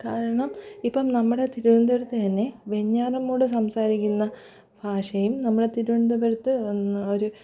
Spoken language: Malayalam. കാരണം ഇപ്പം നമ്മുടെ തിരുവനന്തപുരത്ത് തന്നെ വെഞ്ഞാറമ്മൂട് സംസാരിക്കുന്ന ഭാഷയും നമ്മൾ തിരുവനന്തപുരത്ത് ഒന്ന് ഒരു